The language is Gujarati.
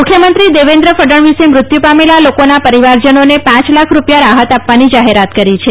મુખ્યમંત્રી દેવેન્દ્ર ફડણવીસે મૃત્યુ પામેલા લોકોના પરિજનોને પ લાખ રૂપિયા રાહત આપવાની જાહેરાત કરી છે